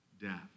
death